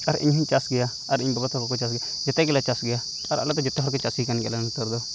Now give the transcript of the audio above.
ᱟᱨ ᱤᱧᱦᱚᱧ ᱪᱟᱥ ᱜᱮᱭᱟ ᱟᱨ ᱤᱧ ᱵᱟᱵᱟ ᱛᱟᱠᱚᱠᱚ ᱪᱟᱥ ᱜᱮᱭᱟ ᱡᱮᱛᱮᱜᱮᱞᱮ ᱪᱟᱥ ᱜᱮᱭᱟ ᱟᱨ ᱟᱞᱮᱫᱚ ᱡᱮᱛᱮᱦᱚᱲᱜᱮ ᱪᱟᱹᱥᱤᱠᱟᱱ ᱜᱮᱭᱟᱞᱮ ᱱᱚᱛᱮᱨᱮᱫᱚ